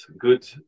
good